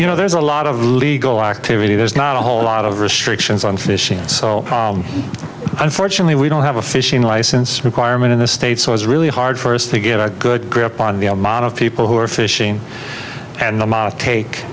you know there's a lot of legal activity there's not a whole lot of restrictions on fishing so unfortunately we don't have a fishing license requirement in the states so it's really hard for us to get a good grip on the mob of people who are fishing and take